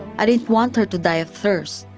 i didn't want her to die of thirst.